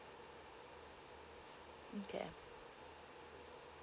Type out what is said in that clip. okay